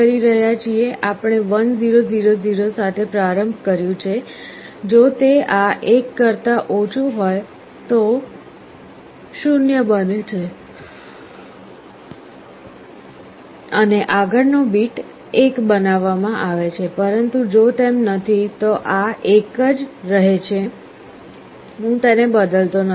આપણે 1 0 0 0 સાથે પ્રારંભ કર્યું છે જો તે આ 1 કરતા ઓછું હોય તો 0 બને છે અને આગળનો બીટ 1 બનાવવામાં આવે છે પરંતુ જો તેમ નથી તો આ 1 જ રહે છે હું તેને બદલતો નથી